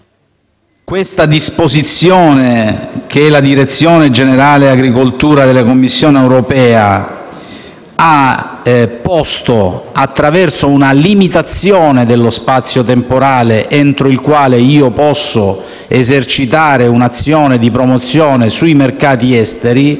Questa disposizione che la direzione generale per l'agricoltura della Commissione europea ha posto, attraverso una limitazione dello spazio temporale entro il quale è possibile esercitare un'azione di promozione sui mercati esteri,